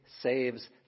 saves